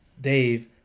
Dave